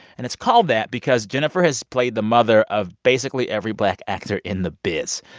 and it's called that because jenifer has played the mother of, basically, every black actor in the biz.